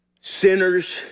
sinners